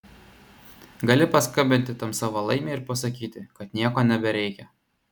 gali paskambinti tam savo laimiui ir pasakyti kad nieko nebereikia